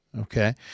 Okay